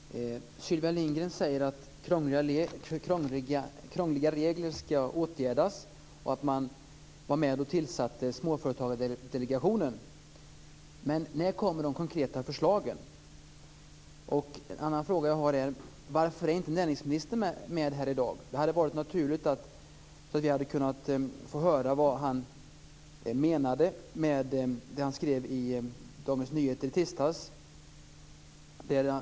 Fru talman! Sylvia Lindgren säger att problemet med krångliga regler skall åtgärdas och att man tillsatte Småföretagsdelegationen. När kommer de konkreta förslagen? Varför är inte näringsministern här i dag? Det hade varit naturligt, så hade vi kunnat få höra vad han menade med det han skrev i Dagens Nyheter i tisdags.